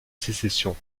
sécession